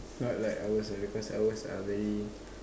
not like ours really because ours are very